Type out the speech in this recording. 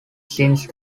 since